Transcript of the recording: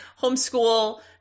homeschool